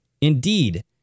Indeed